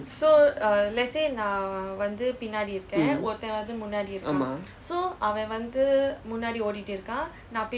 mm ஆமாம்:aamaam